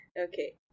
Okay